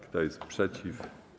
Kto jest przeciw?